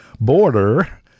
border